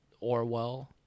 Orwell